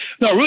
no